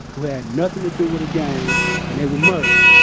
who had nothing to do with a gang and they were murdered.